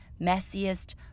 messiest